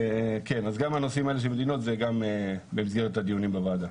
אז גם הנושאים האלה של המדינות זה גם במסגרת הדיונים בוועדה.